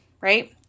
right